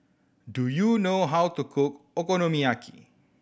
do you know how to cook Okonomiyaki